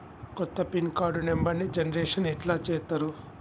కొత్త pin card నెంబర్ని generation ఎట్లా చేత్తరు?